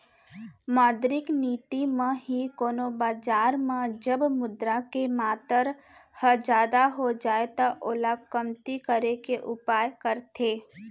मौद्रिक नीति म ही कोनो बजार म जब मुद्रा के मातर ह जादा हो जाय त ओला कमती करे के उपाय करथे